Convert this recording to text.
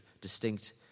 distinct